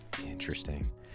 Interesting